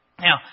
Now